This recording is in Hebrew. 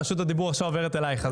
רשות הדיבור עכשיו עוברת אלייך,